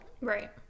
Right